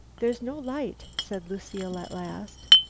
there's no light, said lucile at last.